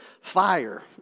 fire